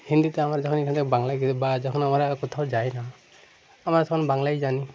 হিন্দিতে আমরা যখন এখান থেকে বাংলায় কে বা যখন আমরা কোথাও যাই না আমরা তখন বাংলাই জানি